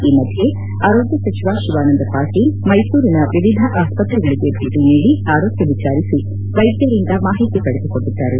ಈ ಮಧ್ಯೆ ಆರೋಗ್ಯ ಸಚಿವ ಶಿವಾನಂದ ಪಾಟೀಲ್ ಮೈಸೂರಿನ ವಿವಿಧ ಆಸ್ತ್ರೆಗಳಿಗೆ ಭೇಟಿ ನೀಡಿ ಆರೋಗ್ಯ ವಿಚಾರಿಸಿ ವೈದ್ಯರಿಂದ ಮಾಹಿತಿ ಪಡೆದುಕೊಂಡಿದ್ದಾರೆ